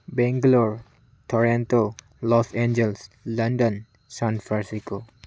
Bangalore Toronto Los Angeles London San Francisco